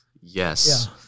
Yes